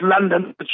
London